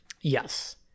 Yes